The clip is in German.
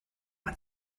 man